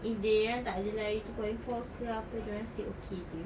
if they run takleh lari two point four ke apa dorang still okay jer